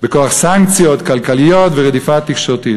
בכוח סנקציות כלכליות ורדיפה תקשורתית.